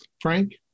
Frank